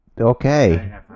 Okay